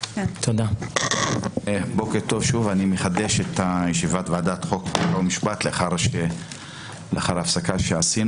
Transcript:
(הישיבה נפסקה בשעה 10:15 ונתחדשה בשעה